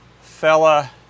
fella